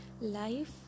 life